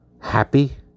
happy